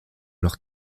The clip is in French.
leur